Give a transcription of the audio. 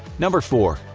number four.